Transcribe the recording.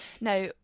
Now